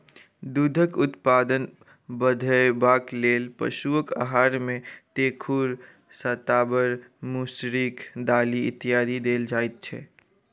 दूधक उत्पादन बढ़यबाक लेल पशुक आहार मे तेखुर, शताबर, मसुरिक दालि इत्यादि देल जाइत छै